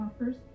offers